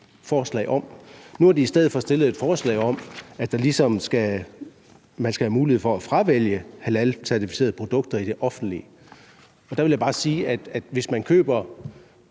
forslag om. Nu har de i stedet for fremsat et forslag om, at man ligesom skal have mulighed for at fravælge halalcertificerede produkter i det offentlige. Og der vil jeg bare sige, at hvis man køber